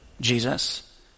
Jesus